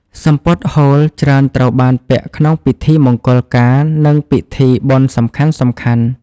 សំពត់ហូលច្រើនត្រូវបានពាក់ក្នុងពិធីមង្គលការ និងពិធីបុណ្យសំខាន់ៗ។